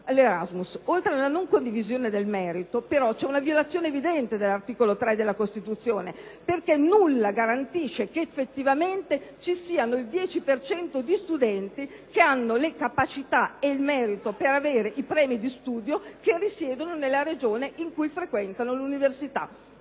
l'Erasmus. Oltre alla non condivisione nel merito, c'è però una violazione evidente dell'articolo 3 della Costituzione, perché nulla garantisce che effettivamente vi sia il 10 per cento di studenti che ha le capacità e il merito per avere i premi di studio e che risiedono nella Regione in cui frequentano l'università.